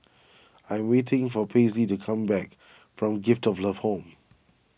I am waiting for Paisley to come back from Gift of Love Home